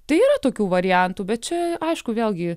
tai yra tokių variantų bet čia aišku vėlgi